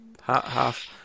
half